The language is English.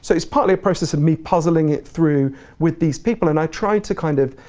so it's partly a process of me puzzling it through with these people, and i try to kind of,